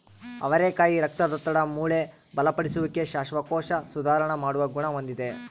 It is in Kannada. ಅವರೆಕಾಯಿ ರಕ್ತದೊತ್ತಡ, ಮೂಳೆ ಬಲಪಡಿಸುವಿಕೆ, ಶ್ವಾಸಕೋಶ ಸುಧಾರಣ ಮಾಡುವ ಗುಣ ಹೊಂದಿದೆ